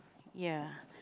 ya